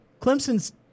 Clemson's